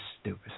stupid